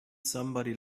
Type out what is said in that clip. somebody